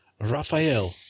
Raphael